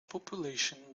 population